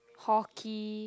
hockey